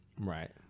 Right